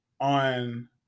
on